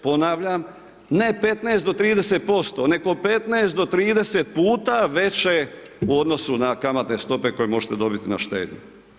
Ponavljam, ne 15 do 30% nego 15 do 30 puta veće u odnosu na kamatne stope koje možete dobiti na štednju.